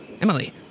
Emily